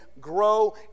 grow